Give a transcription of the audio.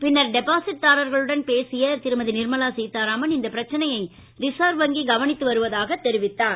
பின்னர் டெபாசிட்தாரர்களுடன் பேசிய திருமதி நிர்மலா சீத்தாராமன் இந்த பிரச்சனையை ரிசர்வ் வங்கி கவனித்து வருவதாக தெரிவித்தார்